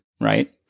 right